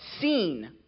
seen